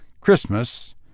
Christmas